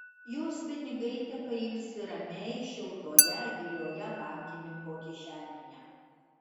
jos pinigai tepailsi ramiai šiltoje gilioje bankininko kišenėje